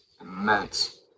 immense